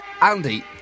Andy